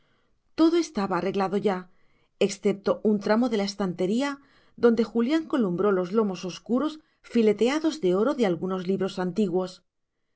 todo estaba arreglado ya excepto un tramo de la estantería donde julián columbró los lomos oscuros fileteados de oro de algunos libros antiguos